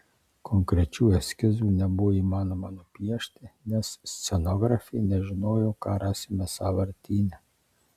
konkrečių eskizų nebuvo įmanoma nupiešti nes scenografė nežinojo ką rasime sąvartyne